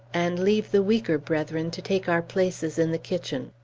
and leave the weaker brethren to take our places in the kitchen.